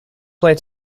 player